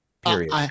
period